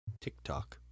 TikTok